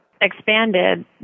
expanded